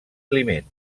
climent